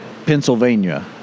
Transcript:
Pennsylvania